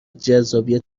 جذابیت